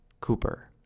cooper